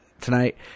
tonight